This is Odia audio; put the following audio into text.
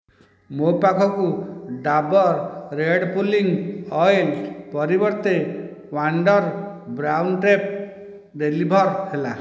ମୋ ପାଖକୁ ଡାବର୍ ରେଡ଼୍ ପୁଲିଂ ଅଏଲ୍ ପରିବର୍ତ୍ତେ ୱାଣ୍ଡର ବ୍ରାଉନ୍ ଟେପ୍ ଡେଲିଭର୍ ହେଲା